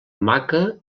maca